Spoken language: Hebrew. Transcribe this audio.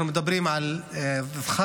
אנחנו מדברים על דחייה.